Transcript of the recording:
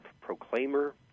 Proclaimer